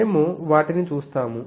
మేము వాటిని చూస్తాము